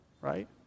right